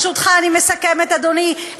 ברשותך, אני מסכמת, אדוני.